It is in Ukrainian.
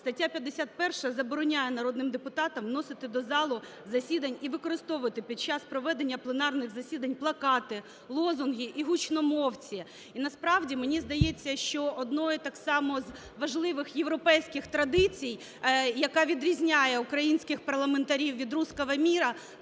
Стаття 51 забороняє народним депутатам вносити до залу засідань і використовувати під час проведення пленарних засідань плакати, лозунги і гучномовці. І насправді, мені здається, що однією так само з важливих європейських традицій, яка відрізняє українських парламентарів від "русского мира",